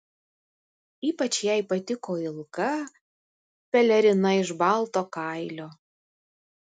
ypač jai patiko ilga pelerina iš balto kailio